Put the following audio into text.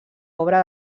obra